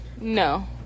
No